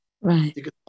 Right